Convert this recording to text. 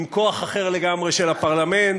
עם כוח אחר לגמרי של הפרלמנט,